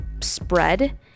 spread